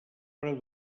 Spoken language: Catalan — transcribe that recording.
preu